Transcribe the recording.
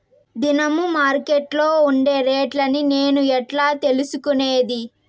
దినము మార్కెట్లో ఉండే రేట్లని నేను ఎట్లా తెలుసుకునేది?